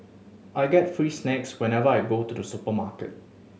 I get free snacks whenever I go to the supermarket